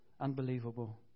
unbelievable